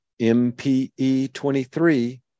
mpe23